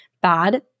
bad